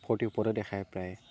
ফৰ্টিৰ ওপৰতে দেখায় প্ৰায়ে